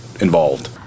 involved